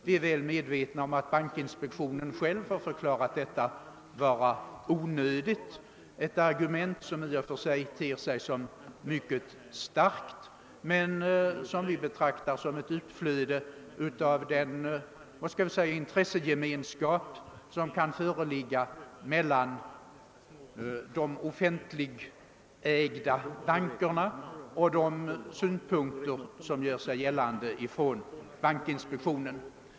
Vi är väl medvetna om att bankinspektionen själv förklarat detta vara onödigt, ett argument som i och för sig själv ter sig som mycket starkt men som vi betraktar som ett utflöde av den — skall vi säga — intressegemenskap som kan föreligga mellan offentligägda banker och bankinspektionen.